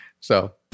So-